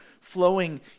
flowing